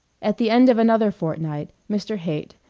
at the end of another fortnight mr. haight,